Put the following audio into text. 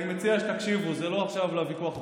אני מציע שתקשיבו, זה לא עכשיו לוויכוח הפוליטי.